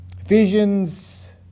Ephesians